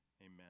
Amen